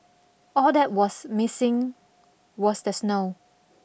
all that was missing was the snow